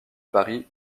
paris